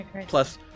plus